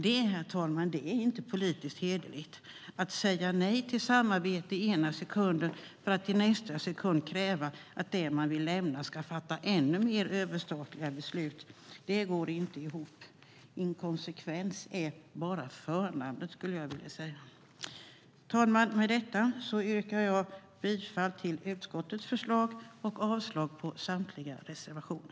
Det, herr talman, är inte politiskt hederligt att säga nej till samarbete i ena sekunden för att i nästa sekund kräva att den organisation man vill lämna ska fatta ännu fler överstatliga beslut. Det går inte ihop. Inkonsekvens är bara förnamnet. Herr talman! Med detta yrkar jag bifall till utskottets förslag och avslag på samtliga reservationer.